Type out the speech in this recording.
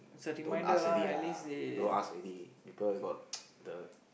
don't ask already lah don't ask already people got the